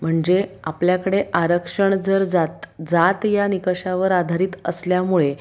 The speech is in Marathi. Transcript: म्हणजे आपल्याकडे आरक्षण जर जात जात या निकषावर आधारित असल्यामुळे